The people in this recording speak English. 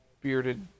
bearded